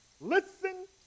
listen